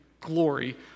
glory